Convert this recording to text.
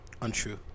Untrue